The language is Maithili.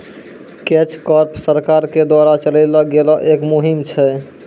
कैच कॉर्प सरकार के द्वारा चलैलो गेलो एक मुहिम छै